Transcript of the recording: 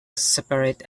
separate